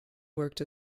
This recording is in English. worked